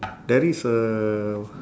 there is a